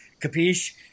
capiche